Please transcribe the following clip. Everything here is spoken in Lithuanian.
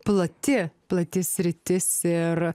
plati plati sritis ir